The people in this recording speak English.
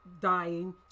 dying